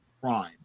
crime